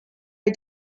are